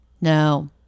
No